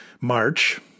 March